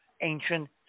ancient